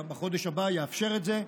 בחודש הבא יאפשר את זה,